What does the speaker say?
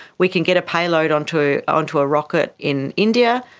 we can get a payload onto onto a rocket in india,